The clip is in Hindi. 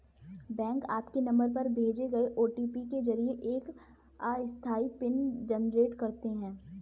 बैंक आपके नंबर पर भेजे गए ओ.टी.पी के जरिए एक अस्थायी पिन जनरेट करते हैं